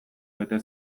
bete